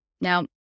now